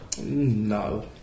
No